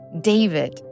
David